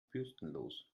bürstenlos